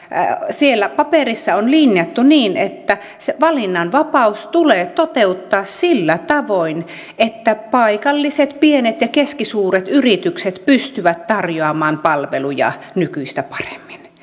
siellä paperissa on linjattu niin että se valinnanvapaus tulee toteuttaa sillä tavoin että paikalliset pienet ja keskisuuret yritykset pystyvät tarjoamaan palveluja nykyistä paremmin